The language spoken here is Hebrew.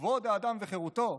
כבוד האדם וחירותו,